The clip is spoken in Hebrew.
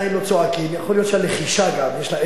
יכול להיות שהלחישה, אגב, יש לה ערך כלשהו בימינו,